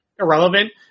irrelevant